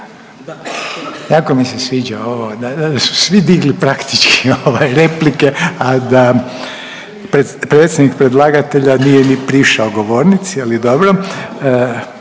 Jako mi se sviđa ovo da su svi digli praktički replike, a da predsjednik nije ni prišao govornici, ali dobro.